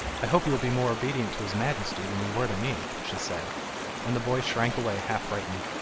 i hope you will be more obedient to his majesty than you were to me she said and the boy shrank away half-frightened.